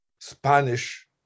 spanish